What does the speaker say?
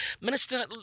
Minister